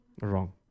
Wrong